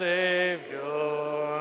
Savior